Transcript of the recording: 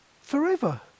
forever